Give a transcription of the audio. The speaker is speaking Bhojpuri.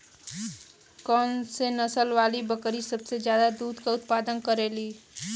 कौन से नसल वाली बकरी सबसे ज्यादा दूध क उतपादन करेली?